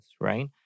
Right